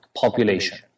population